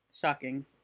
Shocking